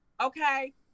Okay